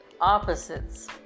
opposites